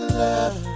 love